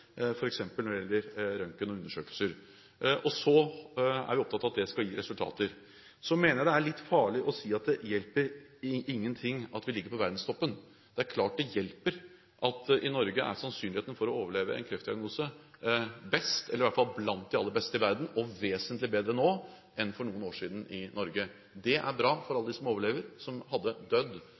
når det gjelder røntgen og undersøkelser. Vi er opptatt av at det skal gi resultater. Jeg mener det er litt farlig å si at det ikke hjelper noen ting at vi er på verdenstoppen. Det er klart det hjelper at i Norge er sannsynligheten for å overleve en kreftdiagnose best, eller i alle fall blant de aller beste i verden, og vesentlig bedre nå enn for noen år siden i Norge. Det er bra for alle de som overlever, som hadde dødd